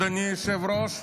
אדוני היושב-ראש,